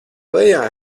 lejā